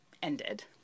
ended